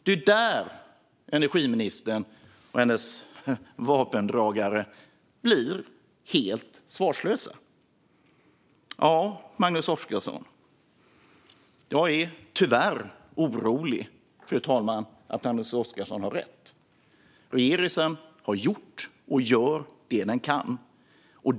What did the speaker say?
Det är där energiministern och hennes vapendragare blir helt svarslösa. Fru talman! Jag är tyvärr orolig för att Magnus Oscarsson har rätt. Regeringen har gjort och gör det den kan.